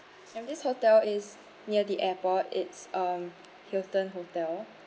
and this hotel is near the airport it's um hilton hotel